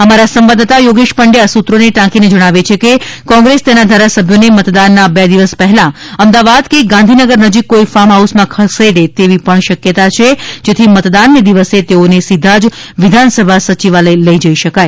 અમારા સંવાદદાતા યોગેશ પંડ્યા સૂત્રોને ટાંકીને જણાવે છે કે કોંગ્રેસ તેના ધારાસભ્યોને મતદાનના બે દિવસ પહેલા અમદાવાદ કે ગાંધીનગર નજીક કોઈ ફાર્મ હાઉસમાં ખસેડે તેવી શક્યતા છે જેથી મતદાનને દિવસે તેઓને સીધા જ વિધાન સભા સચિવાલય લઇ જઈ શકાય